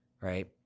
right